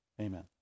Amen